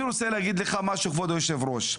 אני רוצה להגיד לך משהו, כבוד היושב ראש.